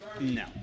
no